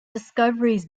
discoveries